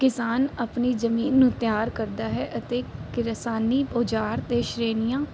ਕਿਸਾਨ ਆਪਣੀ ਜ਼ਮੀਨ ਨੂੰ ਤਿਆਰ ਕਰਦਾ ਹੈ ਅਤੇ ਕਿਰਸਾਨੀ ਔਜ਼ਾਰ ਅਤੇ ਸ਼੍ਰੇਣੀਆਂ